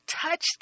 touched